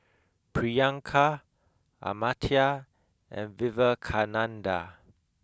Priyanka Amartya and Vivekananda